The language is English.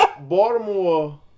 Baltimore